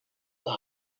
the